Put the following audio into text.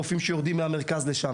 רופאים שיורדים מהמרכז לשם,